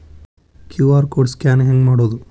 QR code scan ಹೆಂಗ್ ಮಾಡೋದು?